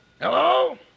Hello